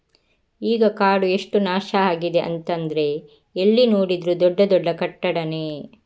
ಈಗ ಕಾಡು ಎಷ್ಟು ನಾಶ ಆಗಿದೆ ಅಂತಂದ್ರೆ ಎಲ್ಲಿ ನೋಡಿದ್ರೂ ದೊಡ್ಡ ದೊಡ್ಡ ಕಟ್ಟಡಾನೇ